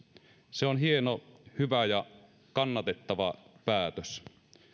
se on hieno hyvä ja kannatettava päätös